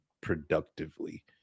productively